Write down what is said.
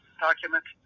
documents